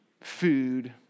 food